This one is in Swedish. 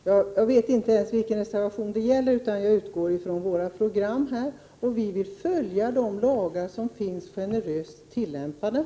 Herr talman! Jag vet inte ens vilken reservation diskussionen gäller. Jag utgår från vårt program. Vi vill följa de lagar som finns med en generös tillämpning.